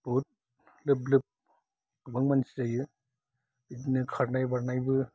बहुद लोब लोब गोबां मानसि जायो बिदिनो खारनाय बारनायबो